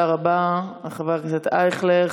תודה רבה, חבר הכנסת אייכלר.